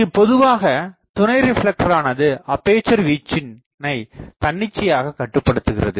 இங்கு பொதுவாக துணை ரிப்லெக்டரானாது அப்பேசர் வீச்சினை தன்னிச்சையாக கட்டுப்படுத்துகிறது